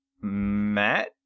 Matt